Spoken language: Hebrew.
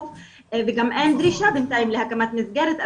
וגם אין דרישה בינתיים להקמת מסגרת,